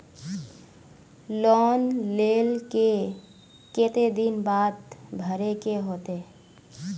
Loan लेल के केते दिन बाद भरे के होते?